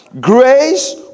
grace